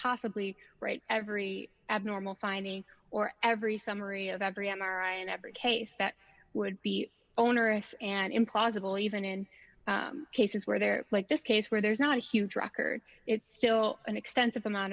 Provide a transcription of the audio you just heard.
possibly write every abnormal finding or every summary of every m r i in every case that would be onerous and implausible even in cases where there like this case where there's not a huge record it's still an extensive amount